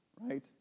right